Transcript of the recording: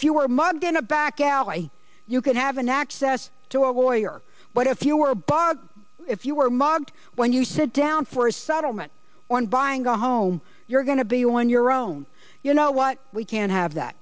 you were mugged in a back alley you could have an access to a lawyer but if you were a bug if you were mobbed when you sit down for a settlement on buying a home you're going to be on your own you know what we can't have that